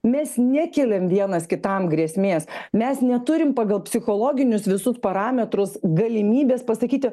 mes nekeliam vienas kitam grėsmės mes neturim pagal psichologinius visus parametrus galimybės pasakyti